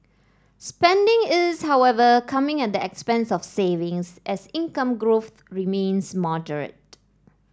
spending is however coming at the expense of savings as income growth remains moderate